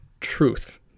truth